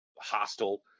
hostile